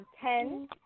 ten